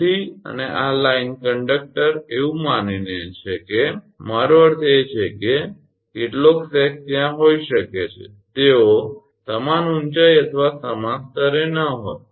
તેથી અને આ લાઇન કંડક્ટર એવું માનીને છે કે મારો અર્થ એ છે કે કેટલોક સેગ ત્યાં હોઈ શકે છે કે તેઓ સમાન ઊંચાઇ અથવા સમાન સ્તરે ન હોય